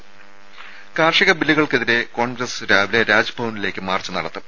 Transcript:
രുദ കാർഷിക ബില്ലുകൾക്കെതിരെ കോൺഗ്രസ് രാവിലെ രാജ്ഭവനിലേക്ക് മാർച്ച് നടത്തും